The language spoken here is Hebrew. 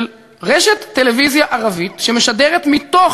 של רשת טלוויזיה ערבית שמשדרת מתוך